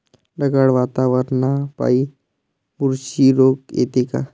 ढगाळ वातावरनापाई बुरशी रोग येते का?